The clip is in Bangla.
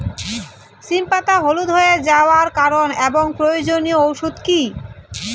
সিম পাতা হলুদ হয়ে যাওয়ার কারণ এবং প্রয়োজনীয় ওষুধ কি?